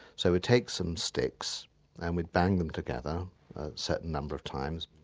so we take some sticks and we'd bang them together a certain number of times,